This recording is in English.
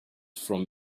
from